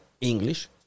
English